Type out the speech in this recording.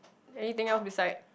anything else beside